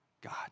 God